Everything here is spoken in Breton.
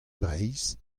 breizh